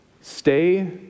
stay